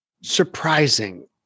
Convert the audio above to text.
Surprising